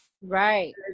Right